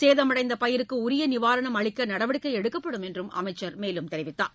சேதமடைந்த பயிருக்கு உரிய நிவாரணம் அளிக்க நடவடிக்கை எடுக்கப்படும் என்றும் அமைச்சள் மேலும் தெரிவித்தார்